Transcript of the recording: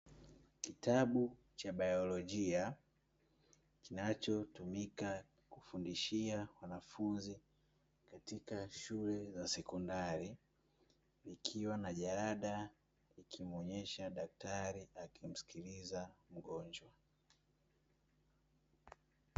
Kitabu cha baiolojia kinachotumika kufundishia wanafunzi katika shule za sekondari, ikiwa na jalada ikimuonyesha daktari akimsikiliza mgonjwa.